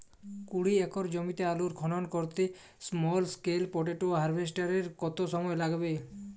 কুড়ি একর জমিতে আলুর খনন করতে স্মল স্কেল পটেটো হারভেস্টারের কত সময় লাগবে?